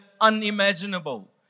unimaginable